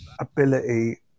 ability